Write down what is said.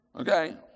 Okay